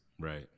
Right